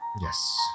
Yes